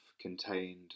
contained